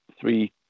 three